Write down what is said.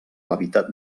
hàbitat